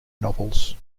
novels